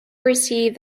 receive